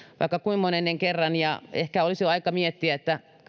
vaikka kuinka monennen kerran ja ehkä olisi jo aika miettiä